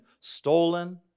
stolen